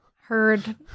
heard